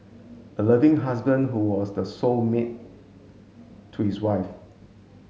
a loving husband who was the soul mate to his wife